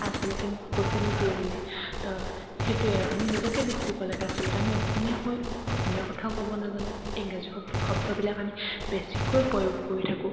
আচলতে মোক কৈছেনো কি বুলি তো সেইটোৱে আৰু আমি নিজকে দোষ দিব লাগে আচলতে আমি অসমীয়া হৈ অসমীয়া কথাও ক'ব নাজানো ইংৰাজী শব্দ শব্দবিলাক আমি বেছিকৈ প্ৰয়োগ কৰি থাকোঁ